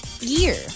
year